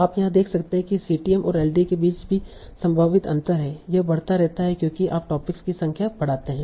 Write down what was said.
आप यहाँ देख सकते हैं कि सीटीएम और एलडीए के बीच भी संभावित अंतर है यह बढ़ता रहता है क्योंकि आप टॉपिक्स की संख्या बढ़ाते हैं